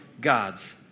God's